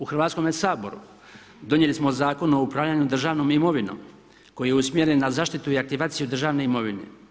U Hrvatskome saboru donijeli smo Zakon o upravljanju državnom imovinom koji je usmjeren na zaštitu i aktivaciju državne imovine.